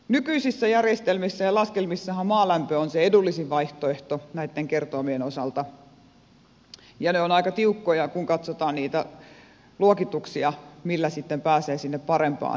nykyisissä järjestelmissä ja laskelmissahan maalämpö on se edullisin vaihtoehto näitten kertoimien osalta ja ne ovat aika tiukkoja kun katsotaan niitä luokituksia millä sitten pääsee sinne parempaan luokkaan